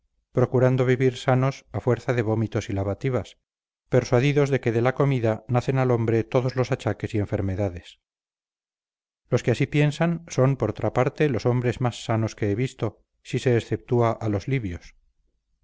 procurando vivir sanos a fuerza de vomitivos y lavativas persuadidos de que de la comida nacen al hombre todos los achaques y enfermedades los que así piensan son por otra parte los hombres más sanos que he visto si se exceptúa a los libios